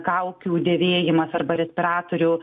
kaukių dėvėjimas arba respiratorių